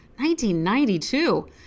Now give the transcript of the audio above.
1992